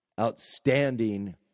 outstanding